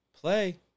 play